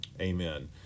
amen